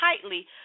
tightly